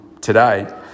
today